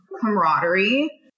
camaraderie